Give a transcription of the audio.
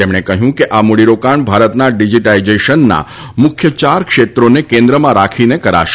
તેમણે કહ્યું કે આ મૂડીરોકાણ ભારતના ડિજીટાઇઝેશનના મુખ્ય ચાર ક્ષેત્રોને કેન્દ્રમાં રાખીને કરાશે